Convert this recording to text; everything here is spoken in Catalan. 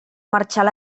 marxar